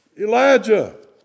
Elijah